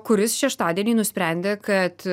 kuris šeštadienį nusprendė kad